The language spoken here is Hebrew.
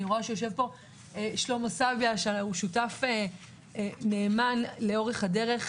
אני רואה שיושב פה שלמה סביה שהוא שותף נאמן לאורך הדרך.